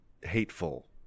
hateful